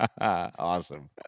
Awesome